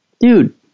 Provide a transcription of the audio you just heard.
Dude